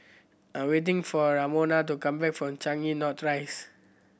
I waiting for Ramona to come back from Changi North Rise